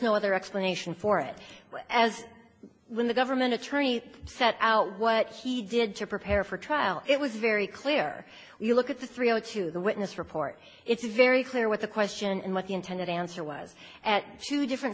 no other explanation for it as when the government attorney set out what he did to prepare for trial it was very clear when you look at the three to the witness report it's very clear what the question and what the intended answer was at to different